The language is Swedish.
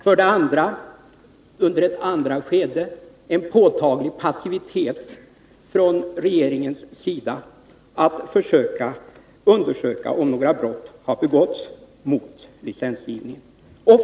För det andra visades under ett annat skede en påtaglig passivitet från regeringens sida då det gällde att undersöka om det hade begåtts några brott vid licensgivningen.